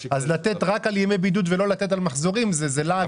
לתת רק על ימי בידוד ולא על מחזורים זה לעג לרש.